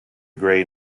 grey